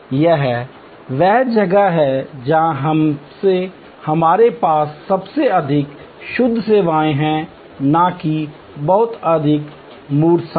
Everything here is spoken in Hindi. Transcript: यह वह जगह है जहां हमारे पास सबसे अधिक शुद्ध सेवाएं हैं न कि बहुत अधिक मूर्त सामान